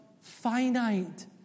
finite